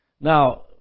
Now